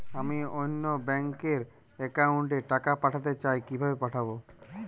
আমি অন্য ব্যাংক র অ্যাকাউন্ট এ টাকা পাঠাতে চাই কিভাবে পাঠাবো?